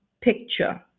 picture